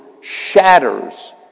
shatters